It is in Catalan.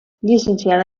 llicenciada